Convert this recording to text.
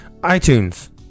iTunes